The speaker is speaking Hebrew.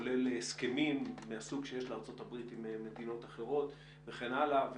כולל הסכמים מהסוג שיש לארצות הברית עם מדינות אחרות וכן הלאה.